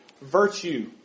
virtue